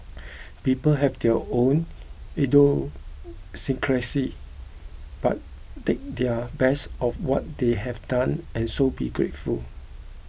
people have their own idiosyncrasies but take their best of what they have done and so be grateful